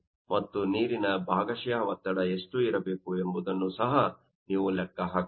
ಮತ್ತು ನೀರಿನ ಭಾಗಶಃ ಒತ್ತಡ ಎಷ್ಟು ಇರಬೇಕು ಎಂಬುದನ್ನು ಸಹ ನೀವು ಲೆಕ್ಕ ಹಾಕಬೇಕು